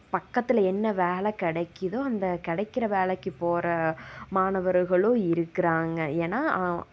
பக்கத்தில் என்ன வேலை கிடைக்கிதோ அந்த கிடைக்கிற வேலைக்கு போகிற மாணவர்களும் இருக்கிறாங்க ஏன்னால் ஆ